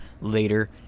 later